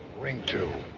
ring too.